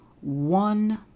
one